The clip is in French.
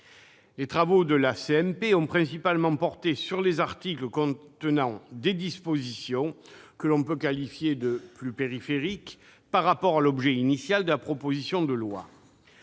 mixte paritaire ont principalement porté sur les articles contenant des dispositions que l'on peut qualifier de périphériques par rapport à l'objet initial de la proposition de loi.